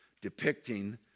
depicting